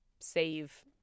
save